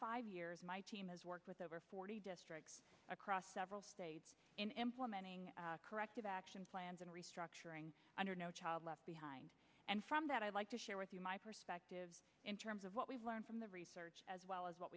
five years my team has worked with over forty districts across several states in implementing corrective action plans and restructuring under no child left behind and from that i'd like to share with you my perspective in terms of what we've learned from the research as well as what